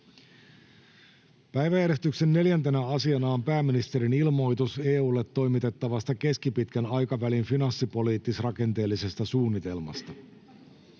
chairman_statement Section: 4 - Pääministerin ilmoitus EU:lle toimitettavasta keskipitkän aikavälin finanssipoliittis-rakenteellisesta suunnitelmasta